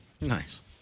Nice